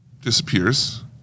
disappears